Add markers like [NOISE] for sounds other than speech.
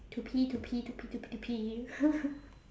to pee to pee to pee to pee to pee [LAUGHS]